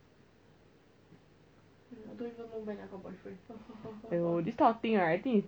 but you like talking to me what no meh